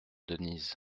denise